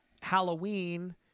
halloween